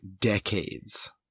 decades